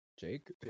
Jake